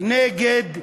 נגד הערבים?